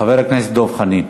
חבר הכנסת דב חנין.